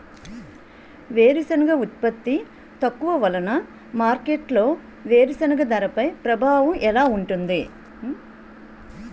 వేరుసెనగ ఉత్పత్తి తక్కువ వలన మార్కెట్లో వేరుసెనగ ధరపై ప్రభావం ఎలా ఉంటుంది?